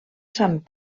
sant